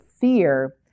fear